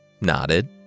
nodded